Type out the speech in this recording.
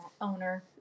owner